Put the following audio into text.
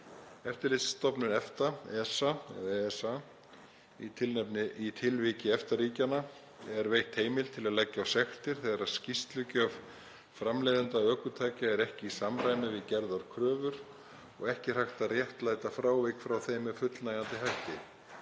Eftirlitsstofnun EFTA, ESA, í tilviki EFTA-ríkjanna er veitt heimild til að leggja á sektir þegar skýrslugjöf framleiðenda ökutækja er ekki í samræmi við gerðar kröfur og ekki er hægt að réttlæta frávik frá þeim með fullnægjandi hætti.